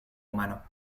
humano